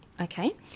Okay